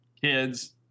kids